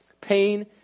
Pain